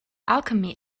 alchemy